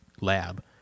lab